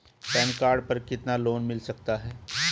Pan card पर कितना loan मिल सकता है?